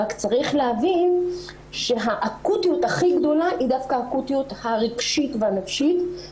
רק צריך להבין שהאקוטיות הכי גדולה היא דווקא האקוטיות הרגשית והנפשית.